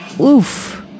Oof